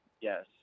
yes